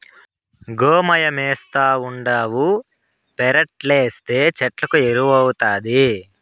గోమయమేస్తావుండావు పెరట్లేస్తే చెట్లకు ఎరువౌతాది